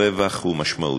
הרווח הוא משמעותי.